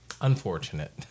unfortunate